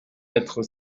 être